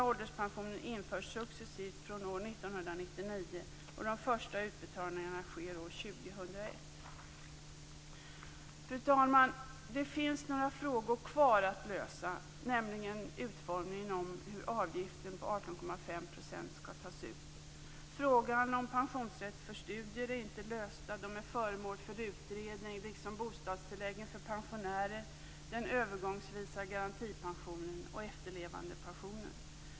1999 och de första utbetalningarna sker år 2001. Fru talman! Det finns några frågor kvar att lösa, t.ex. utformningen av hur avgiften på 18,5 % skall tas ut. Frågorna om pensionsrätt för studier är inte lösta. De är föremål för utredning liksom bostadstilläggen för pensionärer, den övergångsvisa garantipensionen och efterlevandepensionen.